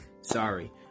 sorry